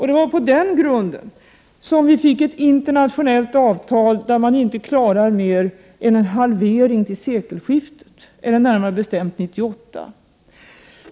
Det var på den grunden som vi fick ett internationellt avtal där man säger att man inte klarar mer än en halvering till sekelskiftet, närmare bestämt 1998.